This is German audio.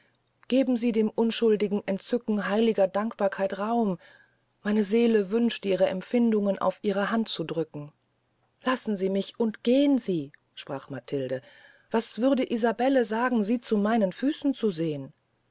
geben sie dem unschuldigen entzücken heiliger dankbarkeit raum meine seele wünscht ihre empfindungen auf ihre hand zu drücken lassen sie mich und gehn sie sprach matilde was würde isabelle sagen sie zu meinen füßen zu sehn